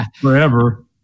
Forever